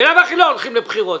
ממילא לא הולכים לבחירות,